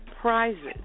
prizes